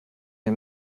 wir